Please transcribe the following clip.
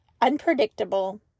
unpredictable